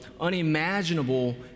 unimaginable